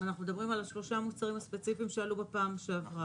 אנחנו מדברים על שלושת המוצרים הספציפיים שעלו בפעם שעברה.